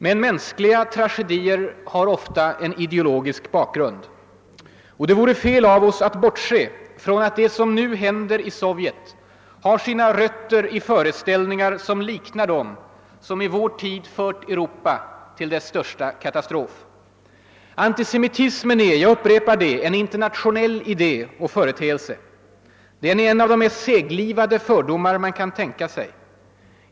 Men mänskliga tragedier har ofta en ideologisk bakgrund. Och det vore fel av oss att bortse från att det som nu händer i Sovjet har sina rötter i föreställningar som liknar dem som i vår tid fört Europa till dess största katastrof. Antisemitismen är, jag upprepar det, en internationell idé och företeelse. Den är en av de mest seglivade fördomar man kan tänka sig.